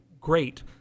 great